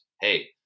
Hey